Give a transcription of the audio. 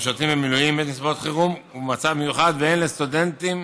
המשרתים במילואים בנסיבות חירום ובמצב מיוחד והן לסטודנטים